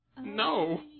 No